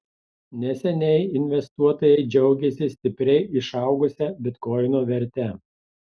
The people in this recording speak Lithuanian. neseniai investuotojai džiaugėsi stipriai išaugusia bitkoino verte